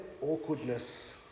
awkwardness